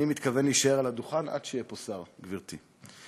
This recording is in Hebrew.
אני מתכוון להישאר על הדוכן עד שיבוא שר, גברתי.